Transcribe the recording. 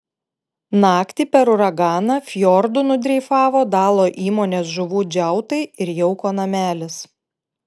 naktį per uraganą fjordu nudreifavo dalo įmonės žuvų džiautai ir jauko namelis